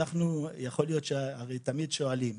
הרי תמיד שואלים,